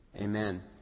amen